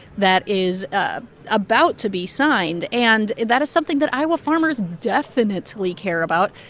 that is ah about to be signed. and that is something that iowa farmers definitely care about.